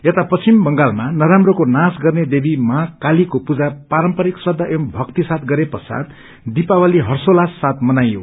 यता पश्चिम बंगालमा नराम्रोको नाश गर्ने देवी माँ कालीको पूजा पारम्परिक श्रदा एवं भक्ति सागि गरे पश्चात दीपावली हम्रेल्लास साथ मनाईयो